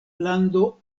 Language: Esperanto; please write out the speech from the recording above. lando